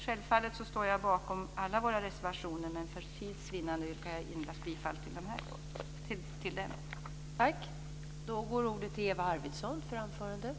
Jag står självfallet bakom alla våra reservationer, men för tids vinnande yrkar jag bifall endast till den.